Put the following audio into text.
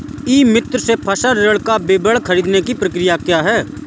ई मित्र से फसल ऋण का विवरण ख़रीदने की प्रक्रिया क्या है?